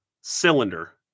cylinder